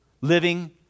Living